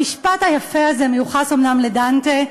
המשפט היפה הזה מיוחס אומנם לדנטה,